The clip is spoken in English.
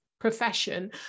profession